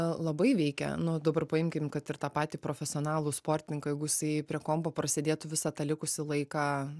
labai veikia nu dabar paimkim kad ir tą patį profesionalų sportininką jeigu jisai prie kompo prasėdėtų visą tą likusį laiką